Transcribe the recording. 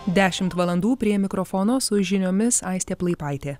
dešimt valandų prie mikrofono su žiniomis aistė plaipaitė